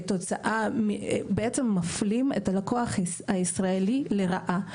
בעצם מפלים את הלקוח הישראלי לרעה.